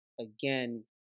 again